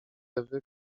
ewy